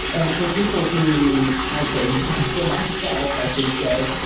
and for people who actually for myself, i should say,